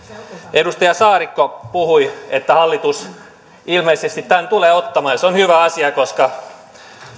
edustaja saarikko puhui että hallitus ilmeisesti tämän tulee ottamaan ja se on hyvä asia koska